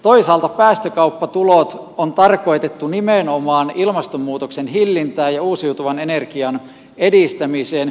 toisaalta päästökauppatulot on tarkoitettu nimenomaan ilmastonmuutoksen hillintään ja uusiutuvan energian edistämiseen